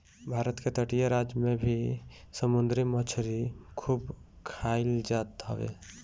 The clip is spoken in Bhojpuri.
भारत के तटीय राज में भी समुंदरी मछरी खूब खाईल जात हवे